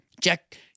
Jack